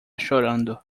chorando